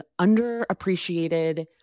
underappreciated